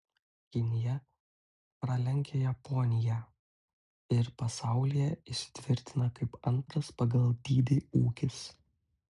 kinija pralenkia japoniją ir pasaulyje įsitvirtina kaip antras pagal dydį ūkis